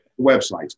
Websites